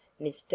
Mr